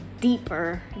deeper